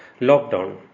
lockdown